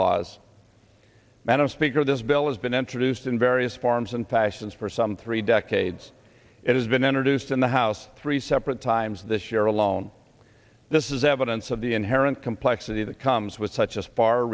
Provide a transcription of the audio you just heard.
laws madam speaker this bill it's been introduced in various forms and fashions for some three decades it has been introduced in the house three separate times this year alone this is evidence of the inherent complexity that comes with such as far